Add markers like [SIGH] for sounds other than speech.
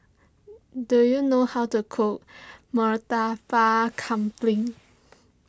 do you know how to cook [UNINTELLIGIBLE] Kambing